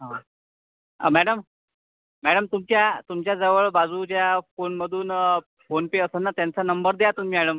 हा madam madam तुमच्या तुमच्याजवळ बाजूच्या फोनमधून फोन पे असन ना त्यांचा नंबर द्या तुम्ही मॅडम